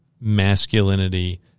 masculinity